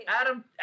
Adam